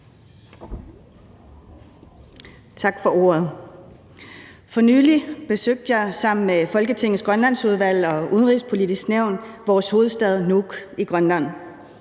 Tak for ordet. For nylig besøgte jeg sammen med Folketingets Grønlandsudvalg og Det Udenrigspolitiske Nævn vores hovedstad Nuuk i Grønland.